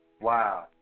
Wow